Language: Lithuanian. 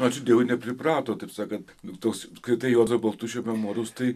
ačiū dievui nepripratot taip sakant tuos skaitai juozo baltušio memuarus tai